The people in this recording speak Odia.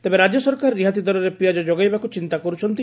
ତେବେ ରାଜ୍ୟ ସରକାର ରିହାତି ଦରରେ ପିଆଜ ଯୋଗାଇବାକୁ ଚିନ୍ତା କରୁଛନ୍ତି